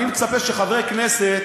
אני מצפה שחברי כנסת